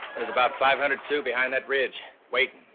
there's about five hundred sioux behind that ridge, waiting.